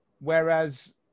Whereas